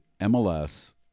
MLS